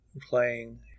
playing